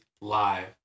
live